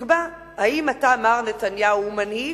שתקבע אם אתה, מר נתניהו, הוא מנהיג,